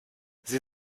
sie